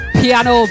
piano